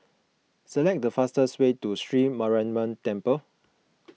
select the fastest way to Sri Mariamman Temple